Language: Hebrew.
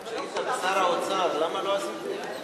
כשהיית שר האוצר, למה לא עשית את זה?